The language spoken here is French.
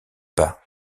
pas